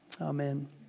Amen